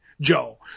joe